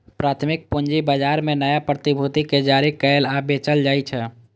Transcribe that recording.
प्राथमिक पूंजी बाजार मे नया प्रतिभूति कें जारी कैल आ बेचल जाइ छै